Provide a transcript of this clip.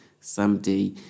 someday